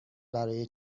برای